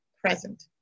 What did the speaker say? present